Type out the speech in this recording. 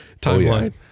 timeline